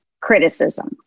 criticism